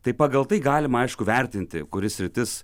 tai pagal tai galima aišku vertinti kuri sritis